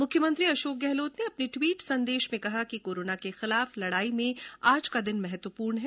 मुख्यमंत्री अशोक गहलोत ने अपने ट्वीट संदेश में कहा कि कोरोना के खिलाफ लड़ाई में आज का दिन महत्वपूर्ण है